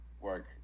work